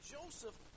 Joseph